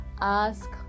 ask